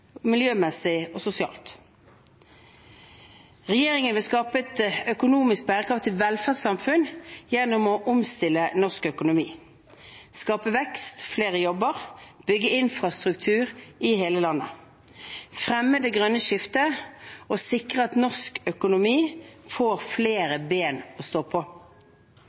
miljømessig og sosialt. Regjeringen vil skape et økonomisk bærekraftig velferdssamfunn gjennom å omstille norsk økonomi, skape vekst og flere jobber, bygge infrastruktur i hele landet, fremme det grønne skiftet og sikre at norsk økonomi får flere ben å stå på.